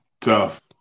tough